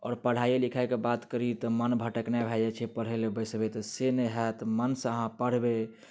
आओर पढ़ाइए लिखाइके बात करी तऽ मन भटकनाइ भए जाइत छै पढ़ै लऽ बैसबै तऽ से नहि होयत मनसँ अहाँ पढ़बै